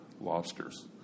lobsters